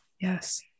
Yes